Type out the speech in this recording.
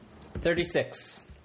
thirty-six